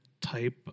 type